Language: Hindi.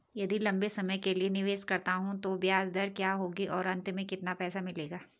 यदि लंबे समय के लिए निवेश करता हूँ तो ब्याज दर क्या होगी और अंत में कितना पैसा मिलेगा?